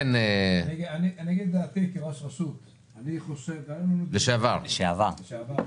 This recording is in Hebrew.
דעתי כראש רשות מקומית לשעבר,